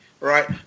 right